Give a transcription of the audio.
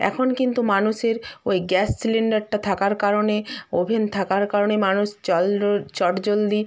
এখন কিন্তু মানুষের ওই গ্যাস সিলিন্ডারটা থাকার কারণে ওভেন থাকার কারণে মানুষ চল চটজলদি